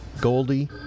Goldie